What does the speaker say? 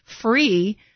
free